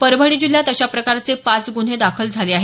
परभणी जिल्ह्यात अशा प्रकारचे पाच गुन्हे दाखल झाले आहेत